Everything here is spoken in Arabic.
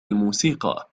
الموسيقى